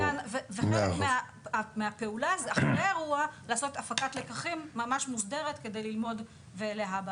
חלק מן הפעולה היא אחרי האירוע לעשות הפקת לקחים מוסדרת כדי ללמוד להבא.